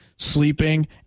Sleeping